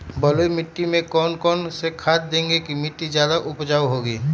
बलुई मिट्टी में कौन कौन से खाद देगें की मिट्टी ज्यादा उपजाऊ होगी?